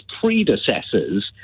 predecessors